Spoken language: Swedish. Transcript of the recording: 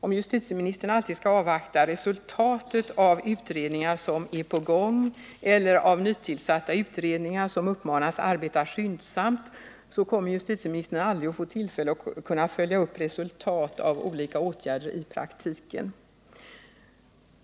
Om justitieministern alltid skall avvakta resultatet av utredningar som är på gång eller resultatet av nytillsatta utredningar som uppmanas arbeta skyndsamt, så kommer justitieministern aldrig att få tillfälle att följa upp resultatet av olika åtgärder i praktiken.